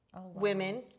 women